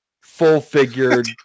full-figured